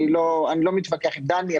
אני לא מתווכח עם דני.